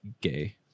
gay